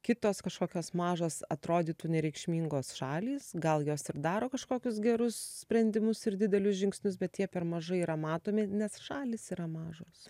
kitos kažkokios mažos atrodytų nereikšmingos šalys gal jos ir daro kažkokius gerus sprendimus ir didelius žingsnius bet jie per mažai yra matomi nes šalys yra mažos